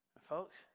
Folks